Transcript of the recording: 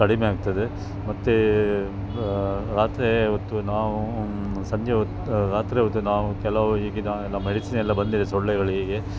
ಕಡಿಮೆಯಾಗ್ತದೆ ಮತ್ತು ಏನು ರಾತ್ರಿ ಹೊತ್ತು ನಾವು ಸಂಜೆ ಹೊತ್ತು ರಾತ್ರಿ ಹೊತ್ತು ನಾವು ಕೆಲವು ಈಗಿನ ಎಲ್ಲ ಮೆಡಿಸಿನ್ ಎಲ್ಲ ಬಂದಿದೆ ಸೊಳ್ಳೆಗಳಿಗೆ